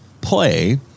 play